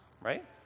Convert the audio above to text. right